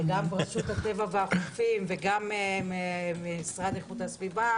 אבל גם ברשות הטבע והחופים וגם המשרד לאיכות הסביבה